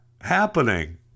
happening